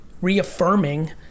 reaffirming